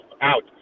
out